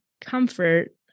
comfort